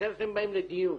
כאשר אתם באים לדיון,